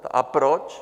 A proč?